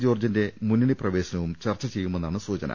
ജോർജിന്റെ മുന്നണി പ്രവേശനവും ചർച്ച ചെയ്യുമെന്നാണ് സൂചന